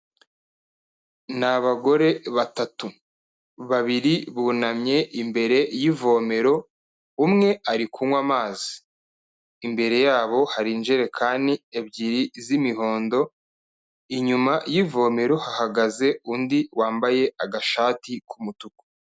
Ni abagore batatu, babiri bunamye imbere y'ivomero umwe ari kunywa amazi, imbere yabo hari injerekani ebyiri z'imihondo, inyuma y'ivomero hahagaze undi wambaye agashati k'umutuku.